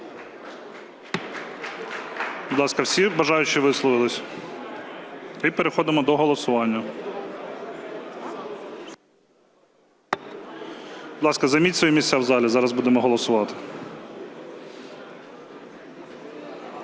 Будь ласка, всі бажаючі висловились? Переходимо до голосування. Будь ласка, займіть свої місця в залі. Зараз будемо голосувати.